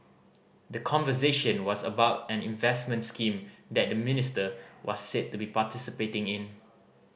the conversation was about an investment scheme that the minister was said to be participating in